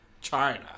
China